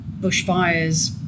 bushfires